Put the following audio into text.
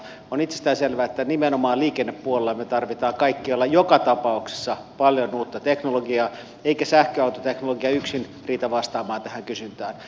on itsestään selvää että nimenomaan liikennepuolella me tarvitsemme kaikkialla joka tapauksessa paljon uutta teknologiaa eikä sähköautoteknologia yksin riitä vastaamaan tähän kysyntään